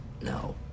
No